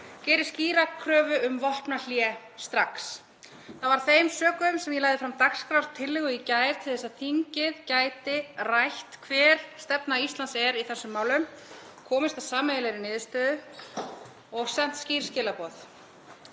gerði skýra kröfu um vopnahlé strax. Það var af þeim sökum sem ég lagði fram dagskrártillögu í gær til þess að þingið gæti rætt hver stefna Íslands er í þessum málum, komist að sameiginlegri niðurstöðu og sent skýr skilaboð.